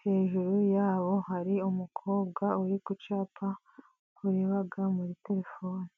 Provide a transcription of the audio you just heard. hejuru yabo hari umukobwa uri kucyapa ureba muri terefone.